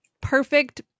perfect